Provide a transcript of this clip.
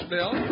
Bill